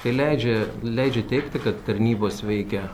tai leidžia leidžia teigti kad tarnybos veikia